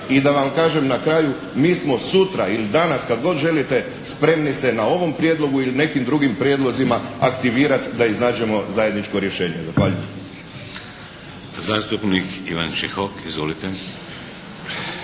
I da vam kažem na kraju mi smo sutra ili danas, kad god želite spremni se na ovom prijedlogu ili nekim drugim prijedlozima aktivirati da iznađemo zajedničko rješenje. Zahvaljujem. **Šeks, Vladimir